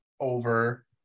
over